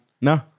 No